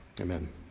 Amen